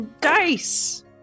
dice